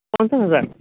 পঞ্চাছ হাজাৰ